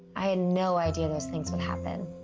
i had no idea those things would happen.